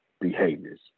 behaviors